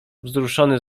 wzruszony